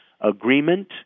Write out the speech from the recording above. agreement